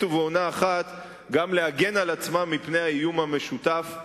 ובעונה אחת גם להגן על עצמם מפני האיום המשותף,